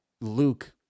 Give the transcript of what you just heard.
Luke